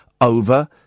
over